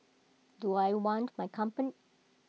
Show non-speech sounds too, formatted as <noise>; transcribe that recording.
do I want my <unintelligible>